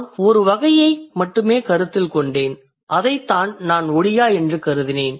நான் ஒரு வகையை மட்டுமே கருத்தில் கொண்டேன் அதைத்தான் நான் ஒடியா என்று கருதினேன்